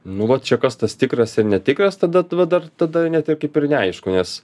nu va čia kas tas tikras ir netikras tada tu va dar tada ne taip kaip ir neaišku nes